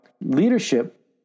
leadership